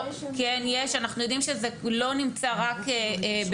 אנחנו יודעים שזה לא רק בגרמניה,